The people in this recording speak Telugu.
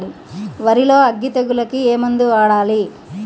వరిలో అగ్గి తెగులకి ఏ మందు వాడాలి?